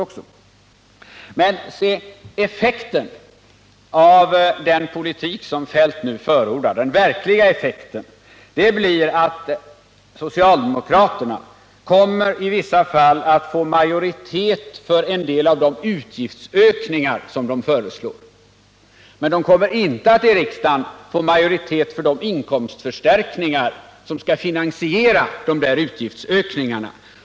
Men den verkliga effekten av den politik som herr Feldt nu förordar blir att socialdemokraterna i vissa fall kommer att få majoritet för en del av de utgiftsökningar de föreslår, men de kommer inte att i riksdagen få majoritet för de inkomstförstärkningar som skall finansiera utgiftsökningarna.